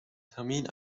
termin